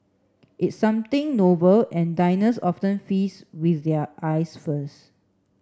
it's something novel and diners often feast with their eyes first